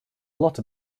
lot